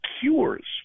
cures